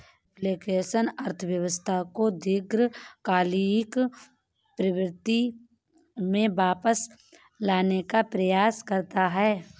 reflection अर्थव्यवस्था को दीर्घकालिक प्रवृत्ति में वापस लाने का प्रयास करता है